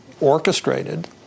orchestrated